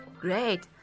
Great